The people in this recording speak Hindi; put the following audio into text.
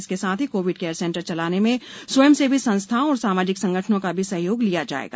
इसके साथ ही कोविड केयर सेंटर चलाने में स्वयंसेवी संस्थाओं और सामाजिक संगठनों का भी सहयोग लिया जाएगा